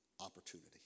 opportunity